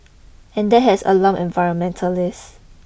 and that has alarmed environmentalists